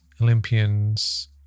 Olympians